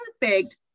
perfect